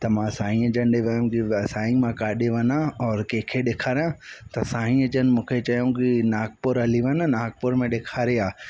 त मां साईं जन ॾिए वियुमि त साईं मां काॾे वञा और कंहिंखे ॾेखारियां त साईं जन मूंखे चयूं की नागपुर हली वञू नागपुर में ॾेखारे आहे